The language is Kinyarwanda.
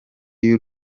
y’u